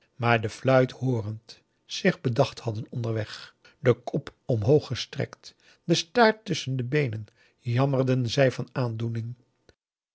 maar de fluit hoorend zich bedacht hadden onderweg den kop omhoog gestrekt den staart tusschen de beenen jammerden zij van aandoening